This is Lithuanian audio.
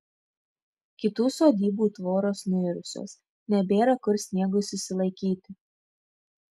kitų sodybų tvoros nuirusios nebėra kur sniegui susilaikyti